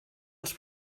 els